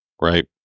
Right